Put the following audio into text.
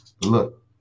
Look